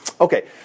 Okay